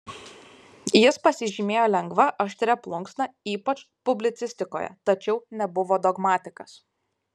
jis pasižymėjo lengva aštria plunksna ypač publicistikoje tačiau nebuvo dogmatikas